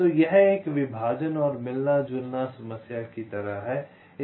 तो यह एक विभाजन और मिलना जुलना समस्या की तरह है